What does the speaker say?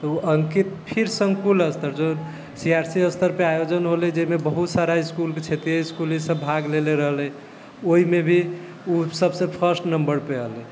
ओ अंकित फिर सङ्कुल स्तर जे सिआरसी स्तरपर आयोजन होलै जाहिमे बहुत सारा इसकुलके क्षेत्रीय इसकुल ईसब भाग लेले रहलै ओहिमे भी ओ सबसे फर्स्ट नम्बरपर अएलै